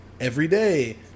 everyday